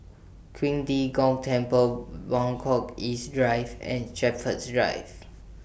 Qing De Gong Temple Buangkok East Drive and Shepherds Drive